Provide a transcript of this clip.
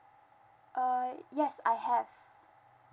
err yes I have